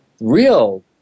real